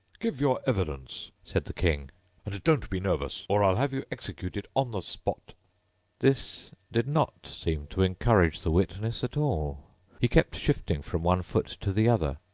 give your evidence said the king and don't be nervous, or i'll have you executed on the spot this did not seem to encourage the witness at all he kept shifting from one foot to the other,